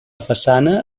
façana